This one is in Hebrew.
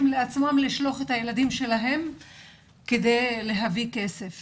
לעצמם לשלוח את הילדים שלהם כדי להביא כסף